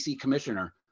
commissioner